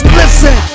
listen